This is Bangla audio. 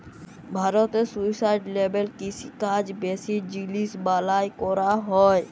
ভারতে সুস্টাইলেবেল কিষিকাজ বেশি জিলিস বালাঁয় ক্যরা হ্যয়